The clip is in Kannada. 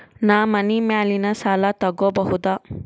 ನಾ ಮನಿ ಮ್ಯಾಲಿನ ಸಾಲ ತಗೋಬಹುದಾ?